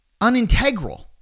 unintegral